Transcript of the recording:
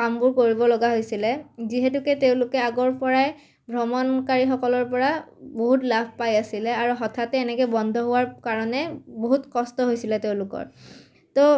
কামবোৰ কৰিব লগা হৈছিলে যিহেতুকে তেওঁলোকে আগৰ পৰাই ভ্ৰমণকাৰীসকলৰ পৰা বহুত লাভ পাই আছিলে আৰু হঠাতে এনেকৈ বন্ধ হোৱাৰ কাৰণে বহুত কষ্ট হৈছিলে তেওঁলোকৰ তো